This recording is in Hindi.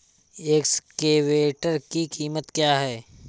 एक्सकेवेटर की कीमत क्या है?